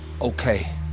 Okay